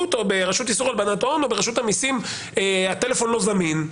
או ברשות איסור הלבנת הון או ברשות המיסים הטלפון לא זמין,